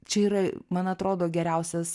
čia yra man atrodo geriausias